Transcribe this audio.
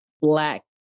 Black